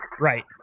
Right